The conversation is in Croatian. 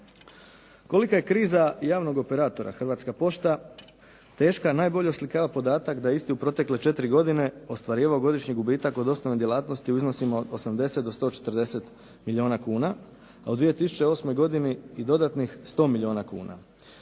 Kolika je kriza javnog operatora Hrvatska pošta teška najbolje oslikava podatak da je isti u protekle 4 godine ostvarivao godišnji gubitak od osnovne djelatnosti u iznosima 80 do 140 milijuna kuna a u 2008. godini i dodatnih 100 milijuna kuna.